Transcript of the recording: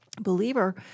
believer